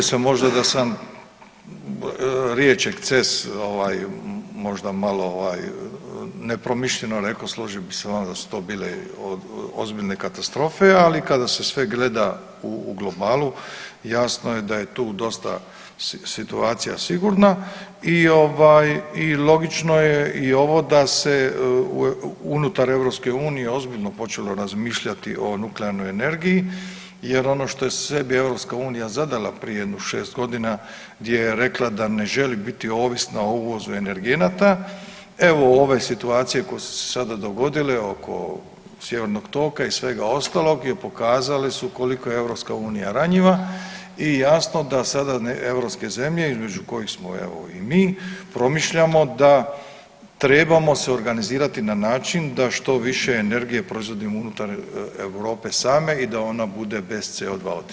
Pa složio bi se možda da sam riječ eksces ovaj možda malo ovaj nepromišljeno rekao, složio bih se sa vama da su to bile ozbiljne katastrofe, ali kada se sve gleda u globalu jasno je da je tu dosta situacija sigurna i ovaj i logično je i ovo da se unutar EU ozbiljno počelo razmišljati o nuklearnoj energiji jer ono što je sebi EU zadala prije jedno 6.g. gdje je rekla da ne želi biti ovisna o uvozu energenata, evo ove situacije koje su se sada dogodile oko Sjevernog toka i svega ostalog i pokazali su koliko je EU ranjiva i jasno da sada europske zemlje između kojih smo evo i mi promišljamo da trebamo se organizirati na način da što više energije proizvodimo unutar Europe same i da ona bude bez CO2 otiska.